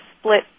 split